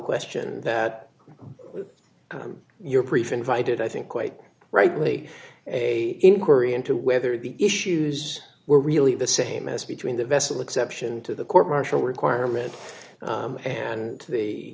question that your brief invited i think quite rightly a inquiry into whether the issues were really the same as between the vessel exception to the court martial requirement